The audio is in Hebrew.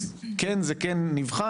אז כן זה כן נבחן?